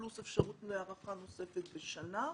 פלוס אפשרות להארכה נוספת בשנה,